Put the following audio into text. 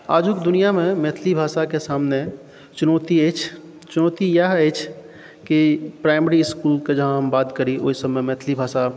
आजुक दुनिआमे मैथिली भाषाक सामने चुनौती अछि चुनौती इएह अछि कि प्राइमरी इसकुलके जँ हम बात करी ओहि सभमे मैथिली भाषा